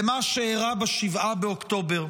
למה שאירע ב-7 באוקטובר,